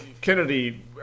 Kennedy